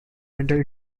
mental